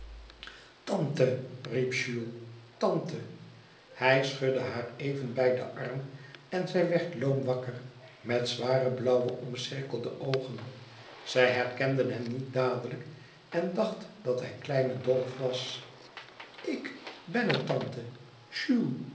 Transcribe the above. jules tante hij schudde haar even bij den arm en zij werd loom wakker met zware blauw omcirkelde oogen zij herkende hem niet dadelijk en dacht dat hij kleine dolf was ik ben het tante